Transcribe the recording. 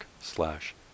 slash